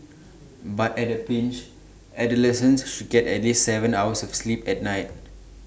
but at A pinch adolescents should get at least Seven hours of sleep at night